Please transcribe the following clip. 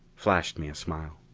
flashed me a smile.